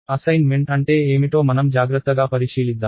assignment అంటే ఏమిటో మనం జాగ్రత్తగా పరిశీలిద్దాం